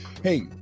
Hey